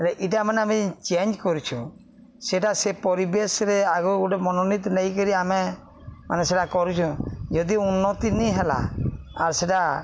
ହେ ଇଟା ମାନେ ଆମେ ଚେଞ୍ଜ କରୁଛୁ ସେଇଟା ସେ ପରିବେଶରେ ଆଗକୁ ଗୋଟେ ମନୋନୀତି ନେଇକରି ଆମେ ମାନେ ସେଇଟା କରୁଛୁଁ ଯଦି ଉନ୍ନତି ନି ହେଲା ଆର୍ ସେଇଟା